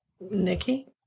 Nikki